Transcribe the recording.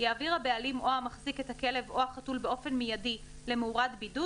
יעביר הבעלים או המחזיק את הכלב או החתול באופן מיידי למאורת בידוד